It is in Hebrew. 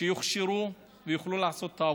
שיוכשרו ויוכלו לעשות את העבודה.